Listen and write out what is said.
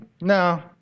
no